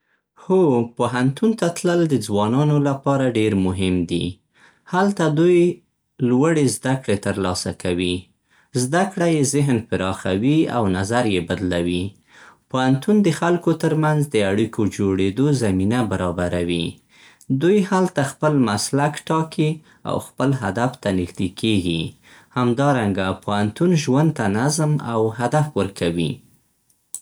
هو، پوهنتون ته تلل د ځوانانو لپاره ډېر مهم دي. هلته دوی لوړې زده کړې ترلاسه کوي. زده کړه یې ذهن پراخوي او نظر یې بدلوي. پوهنتون د خلکو ترمنځ د اړیکو جوړېدو زمینه برابروي. دوی هلته خپل مسلک ټاکي او خپل هدف ته نږدې کېږي. همدارنګه، پوهنتون ژوند ته نظم او هدف ورکوي.